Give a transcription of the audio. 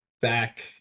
back